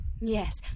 Yes